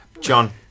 John